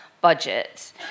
budget